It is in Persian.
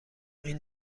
این